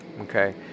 okay